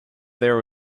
there